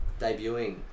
debuting